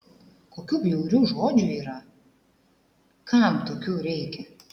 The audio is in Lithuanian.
kokių bjaurių žodžių yra kam tokių reikia